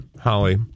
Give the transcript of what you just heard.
Holly